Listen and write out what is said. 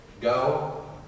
Go